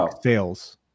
sales